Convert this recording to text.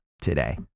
today